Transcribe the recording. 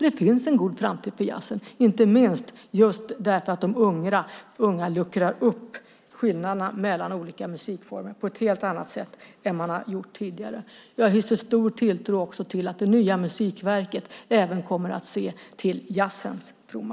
Det finns en god framtid för jazzen, inte minst just därför att de unga luckrar upp skillnaderna mellan olika musikformer på ett helt annat sätt än man har gjort tidigare. Jag hyser stor tilltro till att det nya Musikverket även kommer att se till jazzens fromma.